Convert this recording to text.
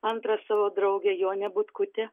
antrą savo draugę jonę butkutę